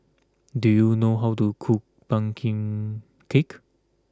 do you know how to cook Pumpkin Cake